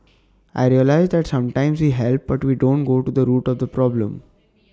I realised that sometimes we help but we don't go to the root of the problem